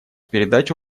передача